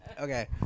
Okay